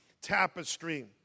tapestry